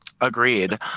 Agreed